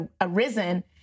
arisen